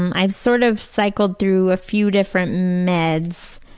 um i've sort of cycled through a few different meds,